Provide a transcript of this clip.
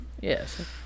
Yes